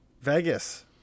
Vegas